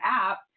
app